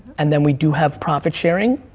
and then we do have profit sharing.